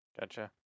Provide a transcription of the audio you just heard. gotcha